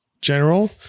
General